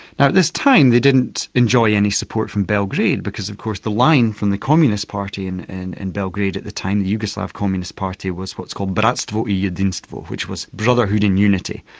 but this time they didn't enjoy any support from belgrade, because of course the line from the communist party and in in belgrade at the time, the yugoslav communist party, was what's called bratstvo i jedinstvo, which was brotherhood in unity.